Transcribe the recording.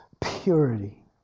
purity